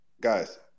guys